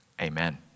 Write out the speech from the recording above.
amen